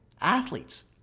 athletes